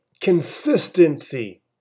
Consistency